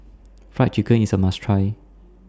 Fried Chicken IS A must Try